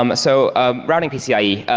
um so ah routing pcie.